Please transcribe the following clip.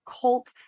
Cult